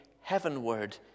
heavenward